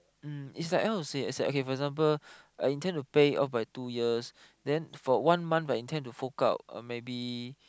mm it's like how to say is like for example I intend to pay off by two years then for one month If I tend to fork out uh maybe